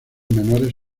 menores